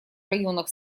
районах